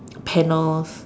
panels